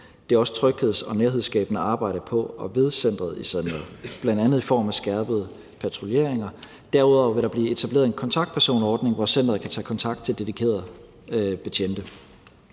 det er også trygheds- og nærhedsskabende arbejde på og ved centeret i Sandvad, bl.a. i form af skærpede patruljeringer. Derudover vil der blive etableret en kontaktpersonordning, hvor centeret kan tage kontakt til dedikerede betjente.